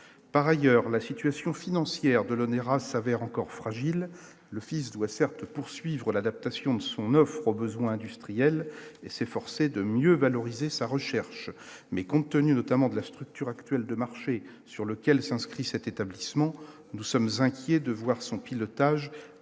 par ailleurs la situation financière Delaunay Rassat, Verts, encore fragile, le fils doit certes poursuivre l'adaptation de son offre aux besoins industriels et s'efforcer de mieux valoriser sa recherche mais, compte tenu notamment de la structure actuelle de marché sur lequel s'inscrit cette établissement nous sommes inquiets de voir son pilotage